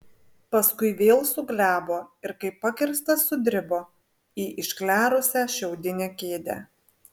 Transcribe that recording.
paskui vėl suglebo ir kaip pakirstas sudribo į išklerusią šiaudinę kėdę